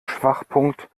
schwachpunkt